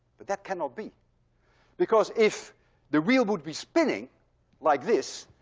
but that cannot be because if the wheel would be spinning like this,